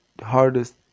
hardest